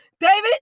David